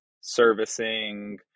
servicing